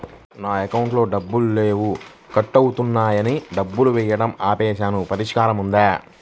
నా అకౌంట్లో డబ్బులు లేవు కట్ అవుతున్నాయని డబ్బులు వేయటం ఆపేసాము పరిష్కారం ఉందా?